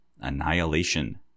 Annihilation